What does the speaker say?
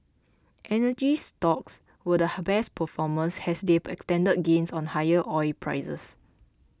energy stocks were the best performers as they extended gains on higher oil prices